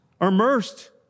immersed